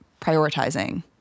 prioritizing